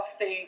food